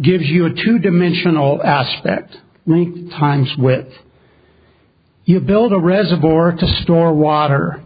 gives you a two dimensional aspect many times when you build a reservoir or to store water